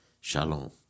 shalom